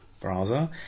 browser